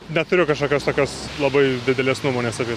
neturiu kažkokios tokios labai didelės nuomonės apie